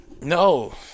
no